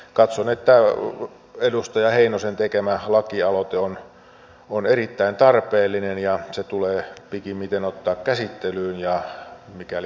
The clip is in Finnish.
katson että edustaja heinosen tekemä lakialoite on erittäin tarpeellinen ja se tulee pikimmiten ottaa käsittelyyn ja mikäli mahdollista hyväksyä